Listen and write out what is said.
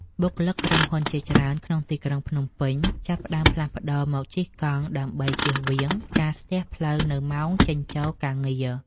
បុគ្គលិកក្រុមហ៊ុនជាច្រើនក្នុងទីក្រុងភ្នំពេញ ចាប់ផ្ដើមផ្លាស់ប្តូរមកជិះកង់ដើម្បីជៀសវាងការស្ទះផ្លូវនៅម៉ោងចេញចូលការងារ។